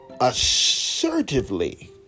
assertively